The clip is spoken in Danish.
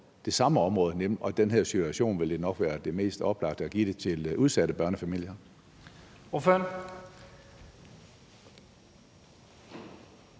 det samme område, og i den her situation vil det nok være det mest oplagte at give det til udsatte børnefamilier.